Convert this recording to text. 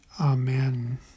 Amen